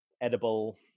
edible